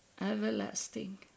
everlasting